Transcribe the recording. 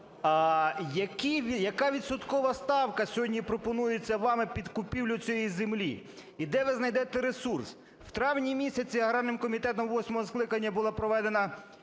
яка відсоткова ставка сьогодні пропонується вами під купівлю цієї землі? І де ви знайдете ресурс? В травні місяці аграрним комітетом восьмого скликання була проведена